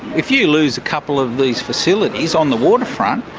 if you lose a couple of these facilities on the waterfront,